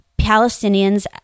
Palestinians